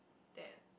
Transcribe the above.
that